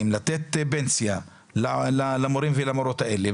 לתת פנסיה למורים ולמורות האלה,